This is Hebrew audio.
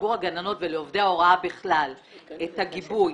לציבור הגננות ולעובדי ההוראה בכלל את הגיבוי